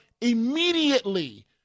Immediately